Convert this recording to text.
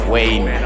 Wayne